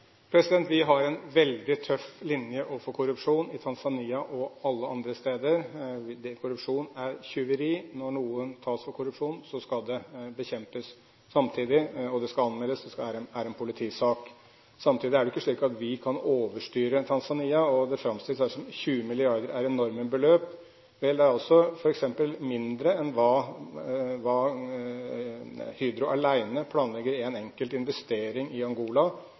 Vi har en veldig tøff linje overfor korrupsjon i Tanzania og alle andre steder. Korrupsjon er tjuveri. Når noen tas for korrupsjon, skal det bekjempes samtidig, det skal anmeldes, det er en politisak. Samtidig er det ikke slik at vi kan overstyre Tanzania, og det framstilles her som om 20 mrd. kr er enorme beløp. Vel, det er f.eks. mindre enn hva Hydro alene planlegger i en enkelt investering i Angola.